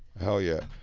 hell, yeah.